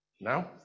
Now